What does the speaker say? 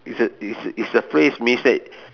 it's a it's a it's a phrase means that